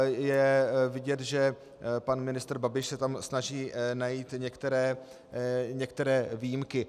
Je vidět, že pan ministr Babiš se tam snaží najít některé výjimky.